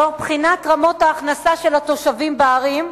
תוך בחינת רמות ההכנסה של התושבים בערים,